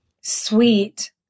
sweet